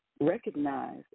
recognize